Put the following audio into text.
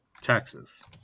Texas